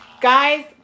guys